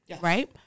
right